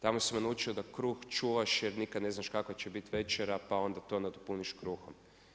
Tamo sam naučio da kruh čuvaš jer nikad ne znaš kakva će bit večera, pa onda to nadopuniš kruhom.